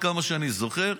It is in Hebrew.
עד כמה שאני זוכר,